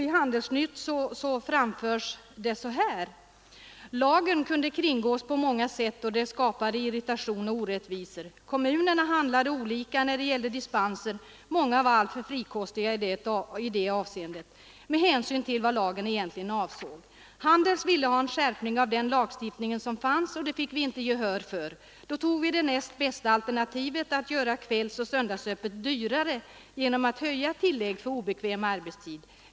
I Handels-Nytt beskrivs detta så här: ”Lagen kunde kringgås på många sätt och den skapade irritation och orättvisor. Kommunerna handlade olika när det gällde dispenser, många var alltför frikostiga i det avseendet med hänsyn till vad lagen egentligen avsåg. Handels ville ha en skärpning av den lagstiftningen som fanns. Det fick vi inte gehör för. Då tog vi det näst bästa alternativet, att göra kvällsoch söndagsöppet dyrare genom höjda tillägg för obekväm arbetstid.